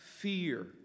fear